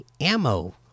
ammo